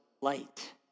light